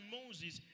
Moses